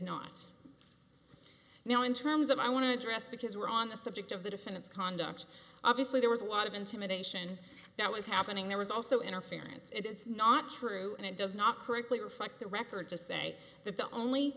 not now in terms of i want to address because we're on the subject of the defendant's conduct obviously there was a lot of intimidation that was happening there was also interference it is not true and it does not correctly reflect the record to say that the only